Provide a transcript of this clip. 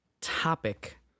topic